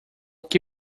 que